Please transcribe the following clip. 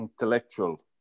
intellectual